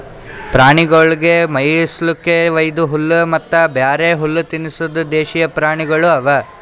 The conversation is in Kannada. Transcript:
ಪ್ರಾಣಿಗೊಳಿಗ್ ಮೇಯಿಸ್ಲುಕ್ ವೈದು ಹುಲ್ಲ ಮತ್ತ ಬ್ಯಾರೆ ಹುಲ್ಲ ತಿನುಸದ್ ದೇಶೀಯ ಪ್ರಾಣಿಗೊಳ್ ಅವಾ